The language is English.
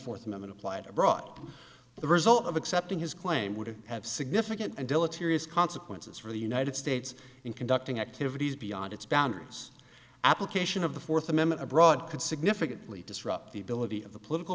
fourth minute applied abroad the result of accepting his claim would have significant and dilatoriness consequences for the united states in conducting activities beyond its boundaries application of the fourth amendment abroad could significantly disrupt the ability of the political